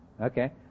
Okay